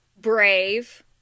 brave